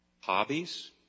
Hobbies